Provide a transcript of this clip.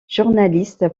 journaliste